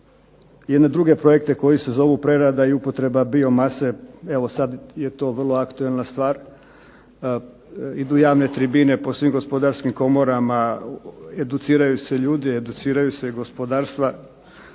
jedne druge projekte koji se zovu prerada i upotreba bio mase, evo sada je to vrlo aktualna stvar. Idu javne tribine po svim gospodarskim komorama, educiraju se ljudi, educiraju se gospodarstva,